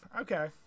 okay